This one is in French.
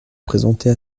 présenter